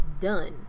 done